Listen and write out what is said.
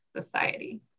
society